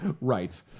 Right